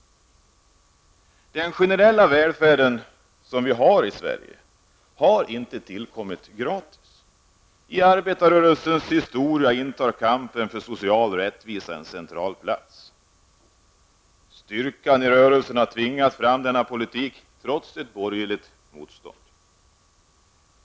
Den generella välfärd som vi har i Sverige har inte tillkommit gratis. I arbetarrörelsens historia intar kampen för social rättvisa en central plats. Styrkan i rörelsen har tvingat fram denna politik trots ett borgerligt motstånd.